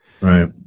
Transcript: right